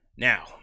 Now